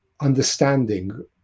understanding